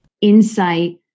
insight